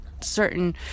certain